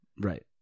Right